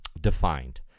defined